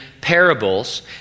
parables